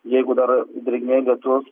jeigu dar drėgmė lietus